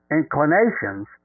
inclinations